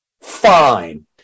fine